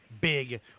Big